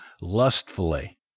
lustfully